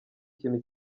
kintu